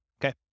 Okay